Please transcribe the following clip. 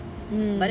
hmm